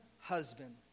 husband